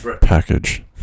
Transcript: package